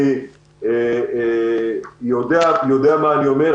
אני יודע מה אני אומר.